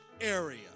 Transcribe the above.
area